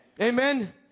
Amen